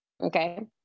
okay